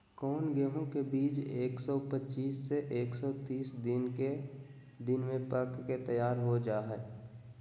कौन गेंहू के बीज एक सौ पच्चीस से एक सौ तीस दिन में पक के तैयार हो जा हाय?